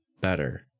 better